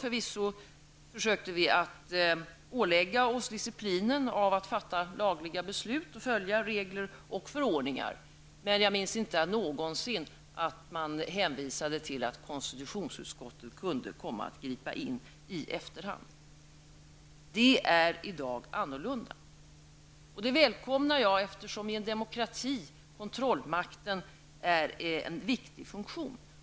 Förvisso försökte vi att ålägga oss disciplinen att fatta lagliga beslut och att följa regler och förordningar. Men jag minns inte att man någonsin hänvisade till att konstitutionsutskottet kunde komma att ingripa i efterhand. I dag förhåller det sig annorlunda, vilket jag välkomnar. I en demokrati är kontrollmakten en viktig funktion.